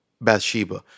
Bathsheba